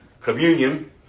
communion